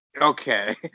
Okay